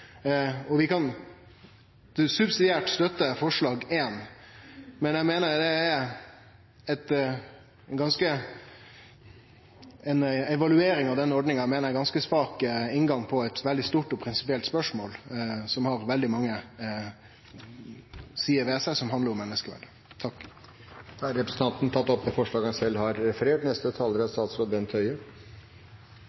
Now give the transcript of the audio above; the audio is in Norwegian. Vi kan subsidiært støtte forslag nr. 1, men eg meiner ei evaluering av denne ordninga er ein ganske svak inngang på eit veldig stort og prinsipielt spørsmål, som har svært mange sider ved seg som handlar om menneskeverd. Da har representanten Torgeir Knag Fylkesnes tatt opp det forslaget han refererte til. Pasienter og ansatte må føle seg trygge. Det er